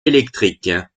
électrique